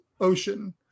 ocean